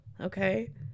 Okay